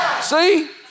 See